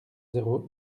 zéro